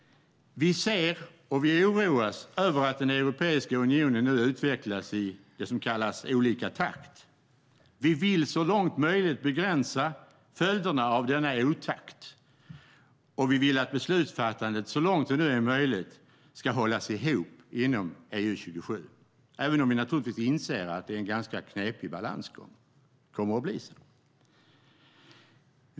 Vi ser och vi oroas över att Europeiska unionen nu utvecklas i det som kallas olika takt. Vi vill så långt möjligt begränsa följderna av denna otakt, och vi vill att beslutsfattande så långt det nu är möjligt ska hållas ihop inom EU-27 även om vi naturligtvis inser att det är en ganska knepig balansgång. Det kommer att bli så.